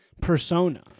persona